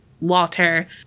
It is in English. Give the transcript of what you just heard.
Walter